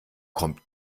kommt